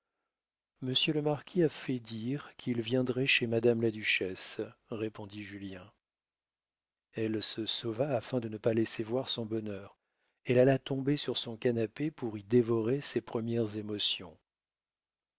le marquis a fait dire qu'il viendrait chez madame la duchesse répondit julien elle se sauva afin de ne pas laisser voir son bonheur elle alla tomber sur son canapé pour y dévorer ses premières émotions